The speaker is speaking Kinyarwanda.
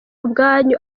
ubwanyu